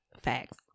Facts